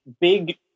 big